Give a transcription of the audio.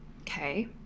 Okay